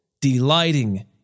delighting